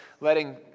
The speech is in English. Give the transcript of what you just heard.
letting